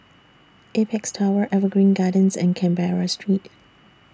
Apex Tower Evergreen Gardens and Canberra Street